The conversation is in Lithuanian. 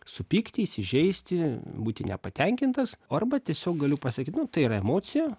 supykti įsižeisti būti nepatenkintas arba tiesiog galiu pasakyt nu tai yra emocija